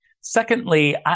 Secondly